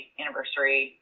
anniversary